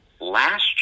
last